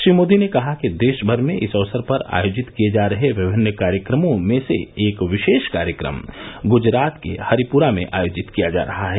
श्री मोदी ने कहा कि देश भर में इस अवसर पर आयोजित किए जा रहे विभिन्न कार्यक्रमों में से एक विशेष कार्यक्रम गुजरात के हरिपुरा में आयोजित किया जा रहा है